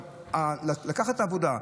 לקחת עבודה,